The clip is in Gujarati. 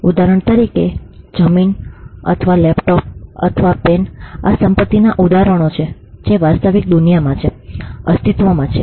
ઉદાહરણ તરીકે જમીન અથવા લેપટોપ અથવા પેન આ સંપત્તિના ઉદાહરણો છે જે વાસ્તવિક દુનિયામાં અસ્તિત્વમાં છે